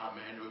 Amen